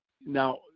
Now